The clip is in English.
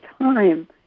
time